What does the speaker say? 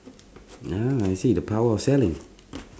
ah I see the power of selling